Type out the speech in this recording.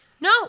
No